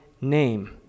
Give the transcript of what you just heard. name